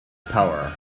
power